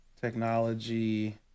technology